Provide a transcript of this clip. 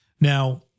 Now